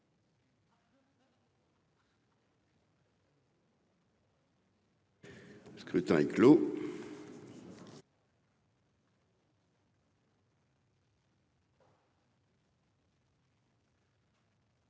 Le scrutin est clos.